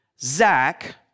Zach